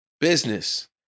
business